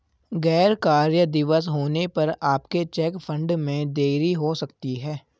गैर कार्य दिवस होने पर आपके चेक फंड में देरी हो सकती है